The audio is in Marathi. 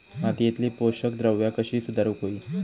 मातीयेतली पोषकद्रव्या कशी सुधारुक होई?